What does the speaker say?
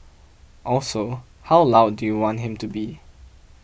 also how loud do you want him to be